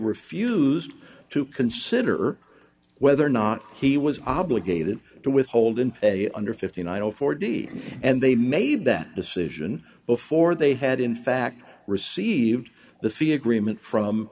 refused to consider whether or not he was obligated to withhold in a under fifteen dollars i know forty and they made that decision before they had in fact received the fee agreement from